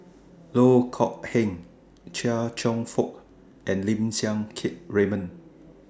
Loh Kok Heng Chia Cheong Fook and Lim Siang Keat Raymond